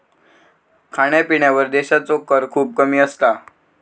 खाण्यापिण्यावर देशाचो कर खूपच कमी असता